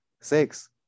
six